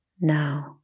now